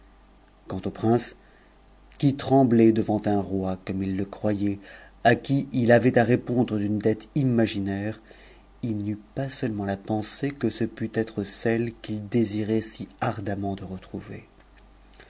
quant au prince tremblait devant un roi comme il le croyait à qui il avait à répond d'une dette imaginaire il n'eut pas seulement la pensée que ce pût étrecc qu'il désirait si ardemment de retrouver